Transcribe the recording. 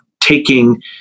taking